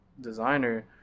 designer